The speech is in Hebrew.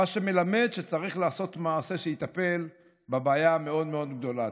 מה שמלמד שצריך לעשות מעשה שיטפל בבעיה המאוד-מאוד גדולה.